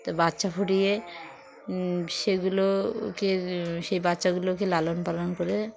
তাতে বাচ্চা ফুটিয়ে সেগুলোকে সেই বাচ্চাগুলোকে লালন পালন করে